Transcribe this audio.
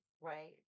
right